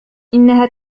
إنها